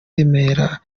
remera